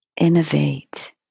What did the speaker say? innovate